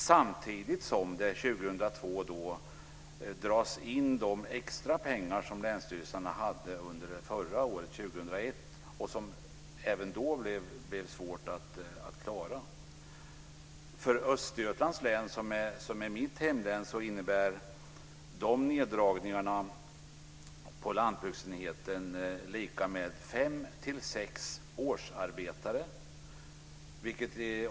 Samtidigt dras under 2002 de extra pengar in som länsstyrelserna hade under förra året, 2001, och som även då blev svåra att klara av. För Östergötlands län, som är mitt hemlän, motsvarar dessa neddragningar på lantbruksenheten fem till sex årsarbetare.